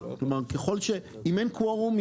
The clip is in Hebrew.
ככל שאם אין קוורום,